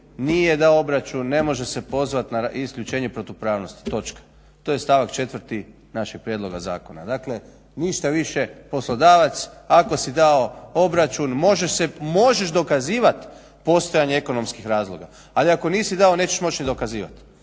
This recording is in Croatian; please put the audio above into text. nije dao obračun, ne može se pozvati na isključenje protupravnosti, točka. To je stavak 4. našeg prijedloga zakona. Dakle ništa više poslodavac ako si dao obračun možeš dokazivati postojanje ekonomskih razloga, ali ako nisi dao nećeš moći ni dokazivati.